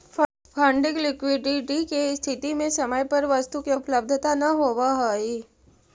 funding liquidity के स्थिति में समय पर वस्तु के उपलब्धता न होवऽ हई